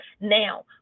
Now